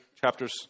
chapters